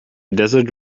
desert